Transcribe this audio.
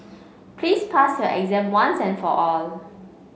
please pass your exam once and for all